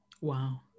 wow